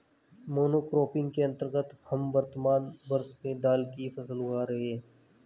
monocropping के अंतर्गत हम वर्तमान वर्ष में दाल की फसल उगा रहे हैं